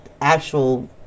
actual